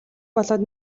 болоод